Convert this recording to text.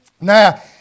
Now